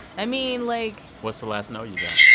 i mean, like. what's the last no you got?